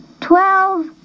Twelve